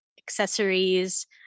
accessories